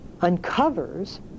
uncovers